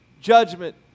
judgment